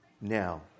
Now